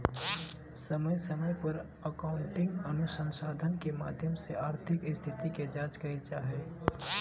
समय समय पर अकाउन्टिंग अनुसंधान के माध्यम से आर्थिक स्थिति के जांच कईल जा हइ